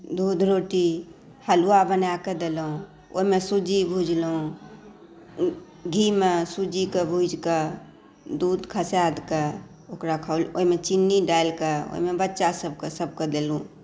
दूध रोटी हलुआ बनाकऽ देलहुँ ओहिमे सुजी भुजलहुँ घीमे सुजीके भूजिकऽ दूध खसा कऽ ओकरा खौल ओहिमे चीनी डालि कऽ ओहिमे बच्चा सभके सभकेँ देलहुँ